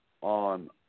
on